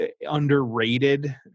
underrated